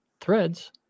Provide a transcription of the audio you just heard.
threads